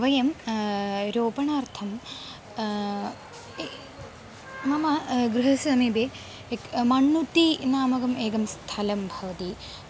वयं रोपणार्थं मम गृहस्य समीपे एकं मण्णुटि नामकम् एकं स्थलं भवति